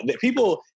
people